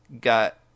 got